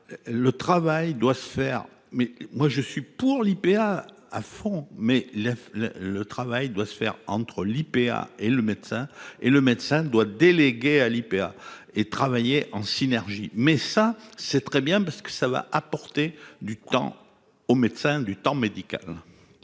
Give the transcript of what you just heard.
le travail doit se faire mais moi je suis pour l'IPA à fond mais la le travail doit se faire entre l'IPA et le médecin et le médecin doit déléguer à l'IPA et travailler en synergie, mais ça c'est très bien parce que ça va apporter du temps aux médecins du temps médical.